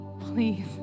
please